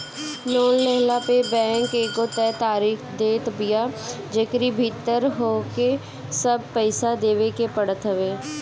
loan लेहला पअ bank एगो तय तारीख देत बिया जेकरी भीतर होहके सब पईसा देवे के पड़त हवे